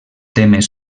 temes